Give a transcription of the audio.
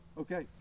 Okay